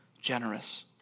generous